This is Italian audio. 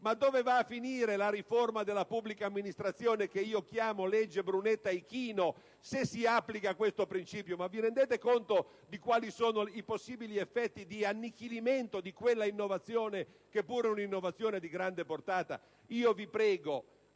Ma dove va a finire la riforma della pubblica amministrazione, che io chiamo legge Brunetta-Ichino, se si applica questo principio? Vi rendete conto di quali sono i possibili effetti di annichilimento di quella innovazione, che pure è di grande portata? Vi prego,